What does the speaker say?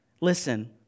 Listen